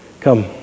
Come